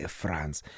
france